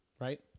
Right